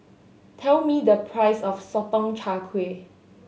tell me the price of Sotong Char Kway